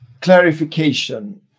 clarification